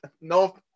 no